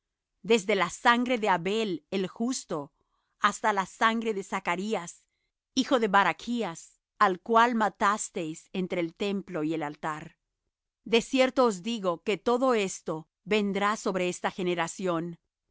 desde la sangre de abel el justo hasta la sangre de zacarías hijo de barachas al cual matasteis entre el templo y el altar de cierto os digo que todo esto vendrá sobre esta generación